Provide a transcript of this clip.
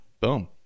Boom